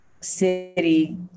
city